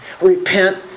Repent